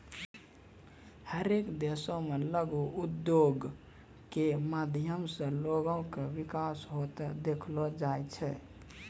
हरेक देशो मे लघु उद्योगो के माध्यम से लोगो के विकास होते देखलो जाय छै